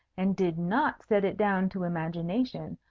and did not set it down to imagination,